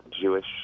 Jewish